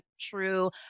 true